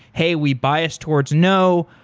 hey, we bias towards no.